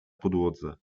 podłodze